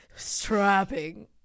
Strapping